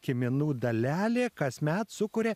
kiminų dalelė kasmet sukuria